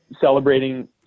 celebrating